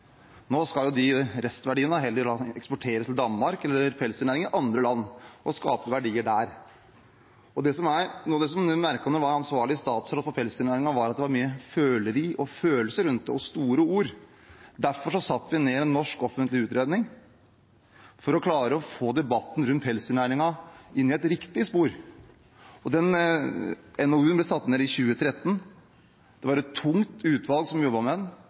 Nå skal de restverdiene heller eksporteres til Danmark eller til pelsdyrnæringen i andre land og skape verdier der. Noe av det jeg merket da jeg var ansvarlig statsråd for pelsdyrnæringen, var at det var mye føleri, følelser og store ord rundt dette. Derfor satte vi ned et utvalg for å få en offentlig utredning og få debatten rundt pelsdyrnæringen inn på et riktig spor. Den NOU-en ble igangsatt i 2013. Det var et tungt utvalg som jobbet med den. De konkluderte i desember 2014 med at de ønsket å ha en